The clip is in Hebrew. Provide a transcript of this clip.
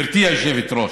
גברתי היושבת-ראש,